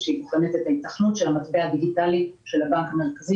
שבוחנת את ההיתכנות של המטבע הדיגיטלי של הבנק המרכזי